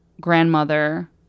grandmother